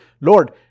Lord